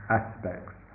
aspects